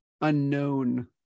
unknown